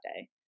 day